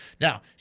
Now